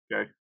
Okay